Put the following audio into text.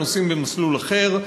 נוסעים במסלול אחר,